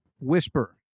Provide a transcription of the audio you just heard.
whisper